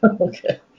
Okay